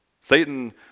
Satan